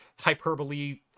hyperbole